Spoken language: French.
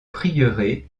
prieuré